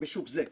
בשוק זה.